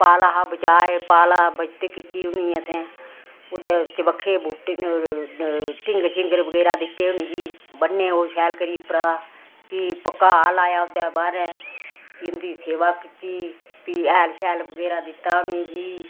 पाला हा बचाए पाला हा बचत कीती उं'दी असें ओह्दे चबक्खै बूह्टे दे टींगर छींगर बगैरा दित्ते उनें गी बन्ने ओह् शैल करी उप्परा दा फ्ही पक्का हाल लाया ओह्दे बाहरै फ्ही उं'दी सेवा कीती फ्ही हैल शैल बगैरा दित्ता उ'नेंगी